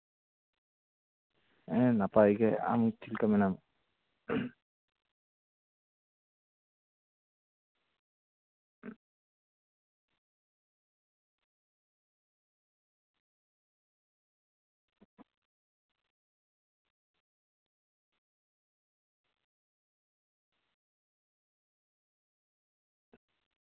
ᱦᱮᱸ ᱱᱟᱯᱟᱭ ᱜᱮ ᱟᱢ ᱪᱮᱫᱞᱮᱠᱟ ᱢᱮᱱᱟᱢᱟ